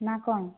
ନା କ'ଣ